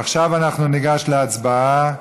עכשיו אנחנו ניגש להצבעה.